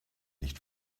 nicht